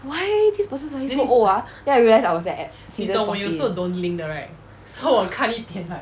why this person suddenly so old ah then I realise I was at season fourteen